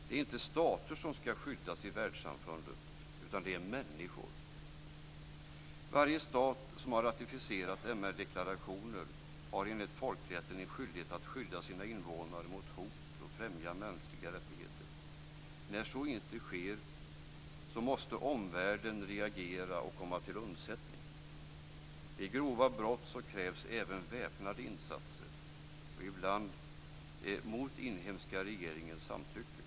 Det är inte stater som ska skyddas i världssamfundet, utan det är människor. Varje stat som har ratificerat MR-deklarationer har enligt folkrätten en skyldighet att skydda sina invånare mot hot och främja mänskliga rättigheter. När så inte sker måste omvärlden reagera och komma till undsättning. Vid grova brott krävs även väpnade insatser, och ibland mot den inhemska regeringens samtycke.